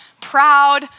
proud